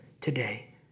today